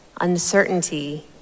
uncertainty